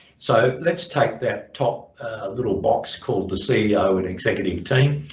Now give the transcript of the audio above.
so let's take that top little box called the ceo and executive team